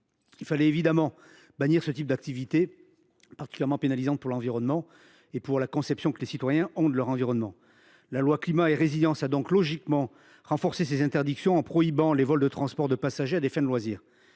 Il fallait évidemment bannir ce genre d’activité, particulièrement dommageable à l’environnement et contraire à la conception que nos concitoyens se font de la protection de celui ci. La loi Climat et Résilience a donc logiquement renforcé ces interdictions en prohibant les vols de transport de passagers à des fins de loisirs.